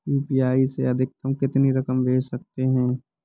UPI से अधिकतम कितनी रकम भेज सकते हैं?